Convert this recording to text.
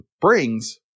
brings